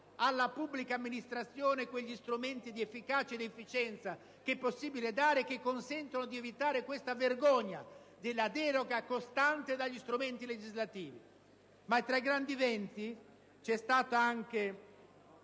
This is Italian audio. alla pubblica amministrazione quegli strumenti di efficacia ed efficienza che è possibile darle e che consentano di evitare la vergogna della deroga costante dagli strumenti legislativi. Tra i grandi eventi ricordo anche